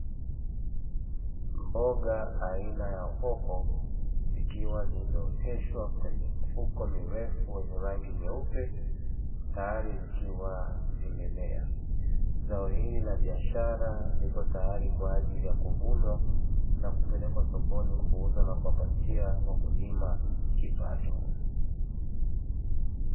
Mboga aina ya hoho zikiwa zimeoteshwa kwenye mifuko mirefu yenye rangi nyeupe tayari zikiwa zimemea, zao hili la biashara liko tayari kwaajili ya kuvunwa na kupelekwa sokoni kuuzwa na kupatiwa wakulima kipato.